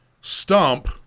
Stump